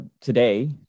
today